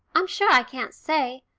i'm sure i can't say.